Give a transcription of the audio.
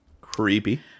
Creepy